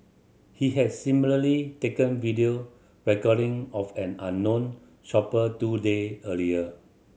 he has similarly taken video recording of an unknown shopper two day earlier